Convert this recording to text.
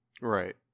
Right